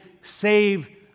save